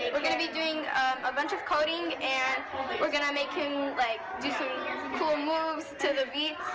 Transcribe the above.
we're going to be doing a bunch of coding and we're going to make him like do some cool moves to the beats